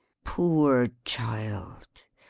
poor child!